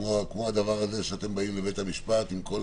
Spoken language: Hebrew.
כמו הדבר הזה שאתם באים לבית המשפט עם כול